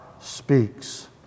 speaks